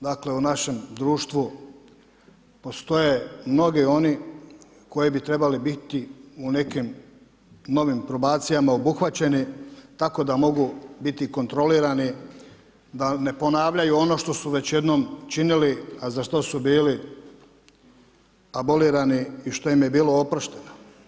Dakle, u našem društvu postoje mnogi oni koji bi trebali biti u nekim novim probacijama obuhvaćeni tako da mogu biti kontrolirani da ne ponavljaju ono što su već jednom činili a za što su bili abolirani i što im je bilo oprošteno.